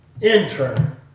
intern